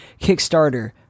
Kickstarter